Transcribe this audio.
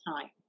time